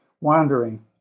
wandering